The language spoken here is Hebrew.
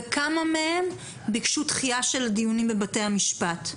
וכמה מהם ביקשו דחייה של הדיונים בבתי המשפט.